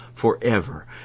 forever